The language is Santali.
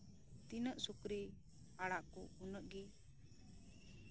ᱛᱤᱱᱟᱹᱜ ᱥᱩᱠᱨᱤᱢ ᱟᱲᱟᱜ ᱠᱚ ᱩᱱᱟᱹᱜ ᱜᱮ